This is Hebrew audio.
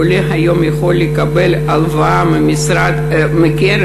עולה היום יכול לקבל הלוואה מהקרן,